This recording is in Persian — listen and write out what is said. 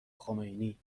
خمینی